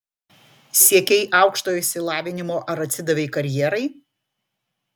siekei aukštojo išsilavinimo ar atsidavei karjerai